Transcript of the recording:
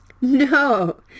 No